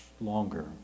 longer